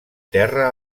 terra